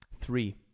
three